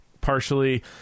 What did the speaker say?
partially